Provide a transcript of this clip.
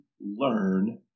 learn